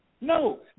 No